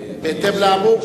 אני אשיב.